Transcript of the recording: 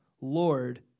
Lord